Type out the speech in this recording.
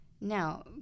Now